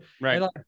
Right